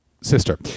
sister